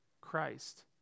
Christ